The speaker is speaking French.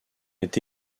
est